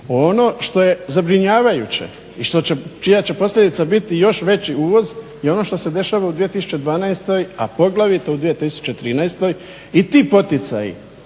Ono što je zabrinjavajuće i čija će posljedica biti još veći uvoz je ono što se dešava u 2012., a poglavito u 2013. I ti poticaji